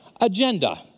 agenda